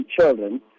children